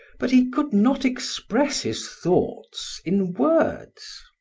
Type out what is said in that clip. but he could not express his thoughts in words.